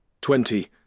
Twenty